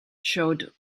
showed